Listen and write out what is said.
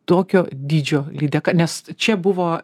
tokio dydžio lydeka nes čia buvo